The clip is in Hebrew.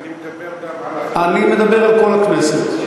אני מדבר גם על, אני מדבר על כל הכנסת.